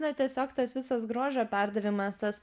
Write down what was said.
na tiesiog tas visas grožio perdavimas tas